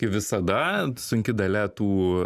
kaip visada sunki dalia tų